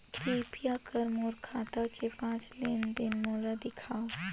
कृपया कर मोर खाता के पांच लेन देन मोला दिखावव